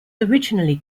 originally